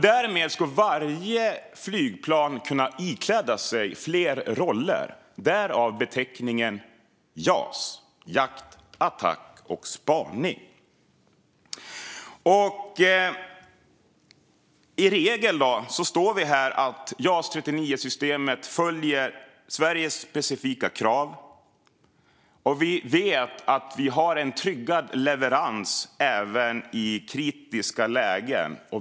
Därmed måste varje flygplan kunna ikläda sig flera roller, och därav beteckningen Jas: jakt, attack, spaning. Jas 39 Gripen-systemet följer Sveriges specifika krav, och vi har en tryggad leverans även i kritiska lägen.